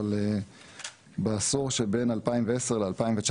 אבל בעשור שבין 2010 ל-2019,